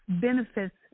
benefits